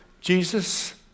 Jesus